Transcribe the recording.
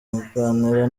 aganira